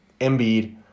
Embiid